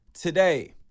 Today